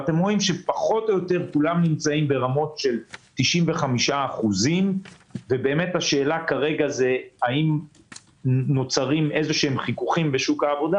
אתם רואים שפחות או יותר כולם נמצאים ברמות של 95%. השאלה כרגע היא האם נוצרים חיכוכים כלשהם בשוק העבודה